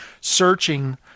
searching